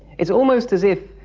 it's almost as if,